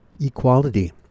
equality